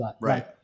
Right